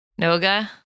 Noga